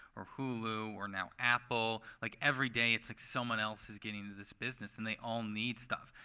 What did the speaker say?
or hulu, or now apple, like every day it's like someone else is getting into this business. and they all need stuff.